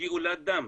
גאולת דם,